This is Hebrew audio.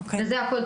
וזה הכול.